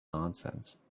nonsense